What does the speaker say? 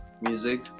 music